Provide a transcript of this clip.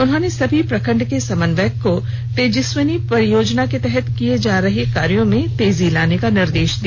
उन्होंने सभी प्रखंड के समन्वयंक को तेजस्विनी परियोजना के तहत की किए जा रहे कार्यों में तेजी लाने का निर्देश दिया